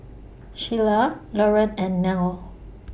Shelia Lorene and Nell